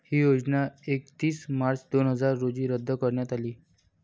ही योजना एकतीस मार्च दोन हजार रोजी रद्द करण्यात आली